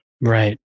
Right